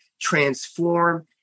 transform